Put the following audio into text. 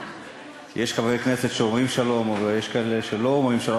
שיש חברי כנסת שאומרים שלום ויש כאלה שלא אומרים שלום,